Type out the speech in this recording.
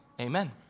Amen